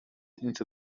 into